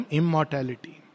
immortality